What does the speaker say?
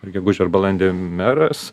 per gegužę ir balandį meras